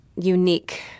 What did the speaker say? unique